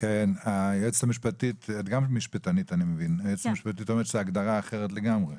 היועצת המשפטית אומרת שזה הגדרה אחרת לגמרי.